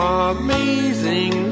amazing